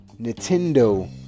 Nintendo